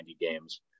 games